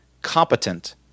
competent